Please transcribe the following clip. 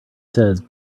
says